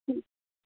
जी